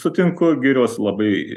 girios sutinku girios labai